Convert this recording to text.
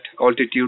altitude